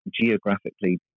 geographically